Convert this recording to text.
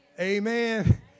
Amen